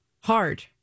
hard